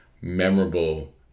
memorable